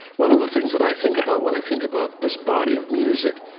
one of the things that i think about when i think about this body of music.